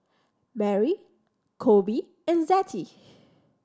Merry Kolby and Zettie